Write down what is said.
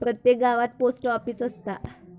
प्रत्येक गावात post office असता